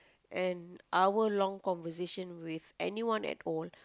an hour long conversation with anyone at all